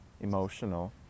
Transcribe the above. emotional